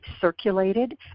circulated